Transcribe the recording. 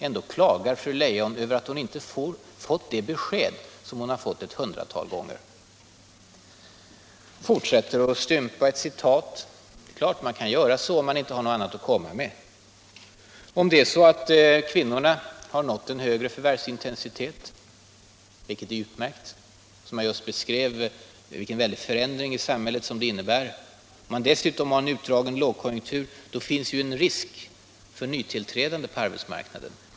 Ändå klagar fru Leijon över att hon inte fått det besked som hon har fått ett hundratal gånger. Hon fortsätter att stympa ett citat. Det är klart att man kan göra så om man inte har någonting annat att komma med. Om kvinnorna har nått en högre förvärvsintensitet, vilket är utmärkt — jag beskrev just vilken väldig förändring i samhället som det innebär — och om man dessutom har en utdragen lågkonjunktur, då finns det ju en risk för nytillträdande på arbetsmarknaden.